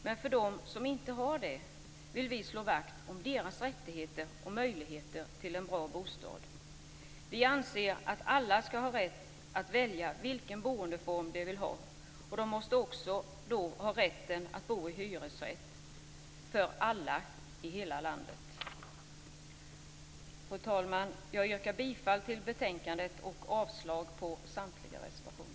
Men för dem som inte har det, vill vi slå vakt om deras rättigheter och möjligheter till en bra bostad. Vi anser att alla skall ha rätt att välja vilken boendeform de vill ha, och då måste också rätten att bo i hyresrätt finnas för alla i hela landet. Fru talman! Jag yrkar bifall till hemställan i betänkandet och avslag på samtliga reservationer.